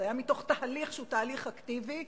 זה היה מתוך תהליך שהוא תהליך אקטיבי,